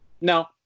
no